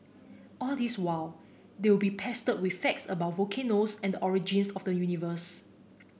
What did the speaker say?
all this while they would be pestered with facts about volcanoes and the origins of the universe